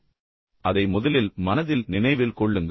எனவே அதை முதலில் உங்கள் மனதில் நினைவில் கொள்ளுங்கள்